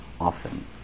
often